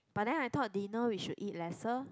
but then I thought dinner we should eat lesser